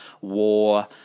war